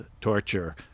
torture